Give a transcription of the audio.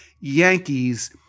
Yankees